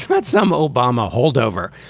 but some obama holdover.